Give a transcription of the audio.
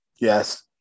yes